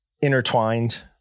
intertwined